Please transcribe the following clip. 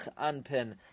anpin